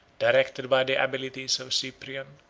directed by the abilities of cyprian,